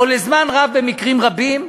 או לזמן רב במקרים רבים,